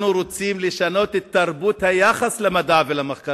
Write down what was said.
אנחנו רוצים לשנות את תרבות היחס למחקר ולמדע,